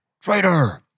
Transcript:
Traitor